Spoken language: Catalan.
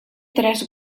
tres